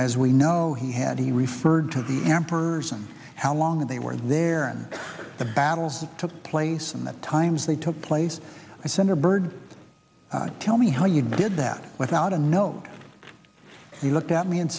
as we know he had he referred to the emperors and how long they were there and the battles that took place and the times they took place i senator byrd tell me how you did that without a note he looked at me and